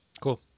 Cool